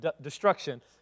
destruction